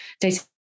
data